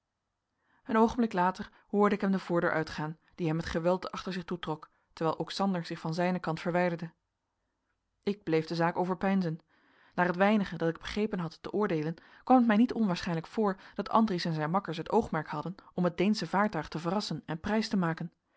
een oogenblik later hoorde ik hem de voordeur uitgaan die hij met geweld achter zich toetrok terwijl ook sander zich van zijnen kant verwijderde ik bleef de zaak overpeinzen naar het weinige dat ik begrepen had te oordeelen kwam het mij niet onwaarschijnlijk voor dat andries en zijn makkers het oogmerk hadden om het deensche vaartuig te verrassen en prijs te maken